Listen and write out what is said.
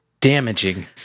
damaging